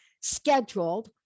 scheduled